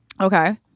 Okay